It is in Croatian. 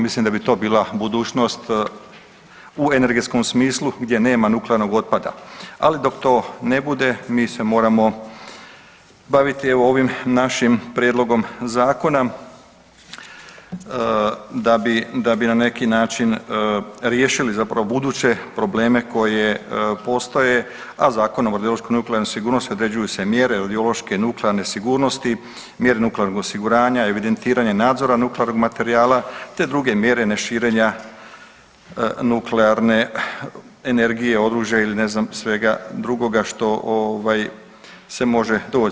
Mislim da bi to bila budućnost u energetskom smislu gdje nema nuklearnog otpada, ali dok to ne bude mi se moramo baviti evo ovim našim prijedlogom zakona da bi, da bi na neki način riješili zapravo buduće probleme koje postoje, a Zakonom o radiološkoj i nuklearnoj sigurnosti određuju se mjere radiološke, nuklearne sigurnosti, mjere nuklearnog osiguranja, evidentiranja i nadzora nuklearnog materijala te druge mjere neširenja nuklearne energije, oružja ili ne znam svega drugoga što ovaj se može doći.